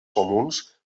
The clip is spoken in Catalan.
comuns